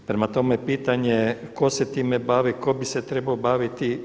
Prema tome, pitanje, tko se time bavi, tko bi se trebao baviti?